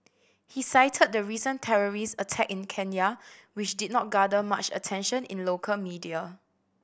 he cited the recent terrorist attack in Kenya which did not garner much attention in local media